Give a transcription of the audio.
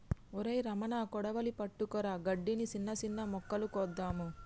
ఒరై రమణ కొడవలి పట్టుకురా గడ్డిని, సిన్న సిన్న మొక్కలు కోద్దాము